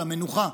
על המנוחה,